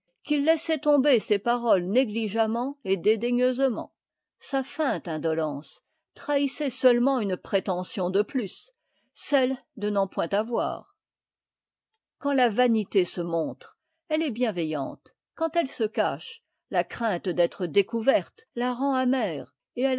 qu'il laissait tomber ses paroles négligemment et